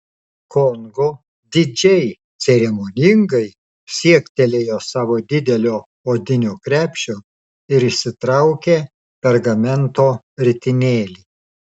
kongo didžiai ceremoningai siektelėjo savo didelio odinio krepšio ir išsitraukė pergamento ritinėlį